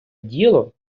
діло